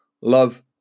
love